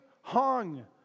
hung